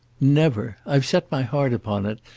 never. i've set my heart upon it,